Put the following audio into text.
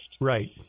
Right